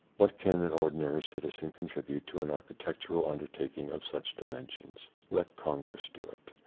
what can an ordinary citizen contribute to an architectural undertaking of such dimensions? let congress do it.